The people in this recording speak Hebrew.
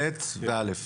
ב', ו-א'.